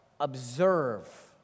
Observe